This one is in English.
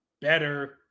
better